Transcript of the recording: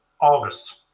August